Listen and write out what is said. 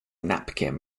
napkin